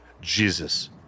Jesus